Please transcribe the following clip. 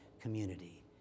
community